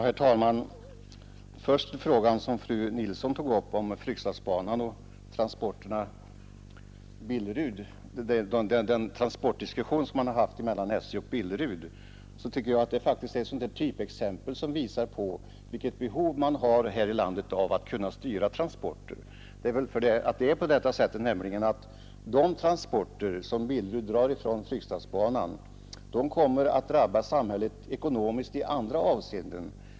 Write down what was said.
Herr talman! Först några ord beträffande den fråga som fru Nilsson i Sunne tog upp angående Fryksdalsbanan och den diskussion man har haft mellan SJ och Billerud. Detta är faktiskt ett typexempel som visar vilket behov man har här i landet att kunna styra transporter. De transporter som Billerud drar från Fryksdalsbanan kommer att drabba samhället ekonomiskt i andra avseenden.